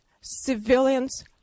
civilians